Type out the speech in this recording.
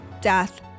death